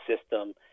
system